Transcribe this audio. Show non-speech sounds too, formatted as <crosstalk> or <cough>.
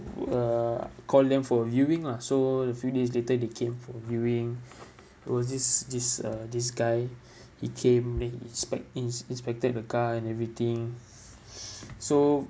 uh call them for viewing ah so a few days later they came for viewing there was this this uh this guy <breath> he came then he inspect ins~ inspected the car and everything <breath> so